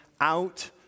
out